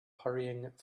hurrying